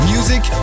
Music